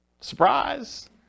Surprise